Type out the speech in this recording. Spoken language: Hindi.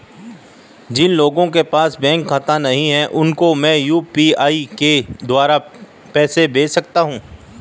जिन लोगों के पास बैंक खाता नहीं है उसको मैं यू.पी.आई के द्वारा पैसे भेज सकता हूं?